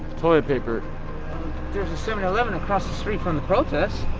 toilet paper there's a seven eleven across the street from the protest